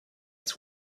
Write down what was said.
its